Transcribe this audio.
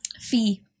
Fee